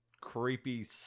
creepy